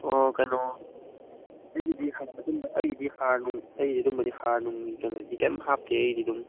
ꯑꯣ ꯀꯩꯅꯣ ꯑꯩꯒꯤꯗꯤ ꯍꯥꯔꯅꯨꯡ ꯑꯩꯒꯤꯗꯤ ꯑꯗꯨꯝꯕꯗꯤ ꯍꯥꯔꯅꯨꯡ ꯀꯩꯅꯣꯗꯤ ꯀꯔꯤꯝ ꯍꯥꯞꯇꯦ ꯑꯩꯒꯤꯗꯤ ꯑꯗꯨꯝ